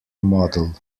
model